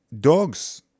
dogs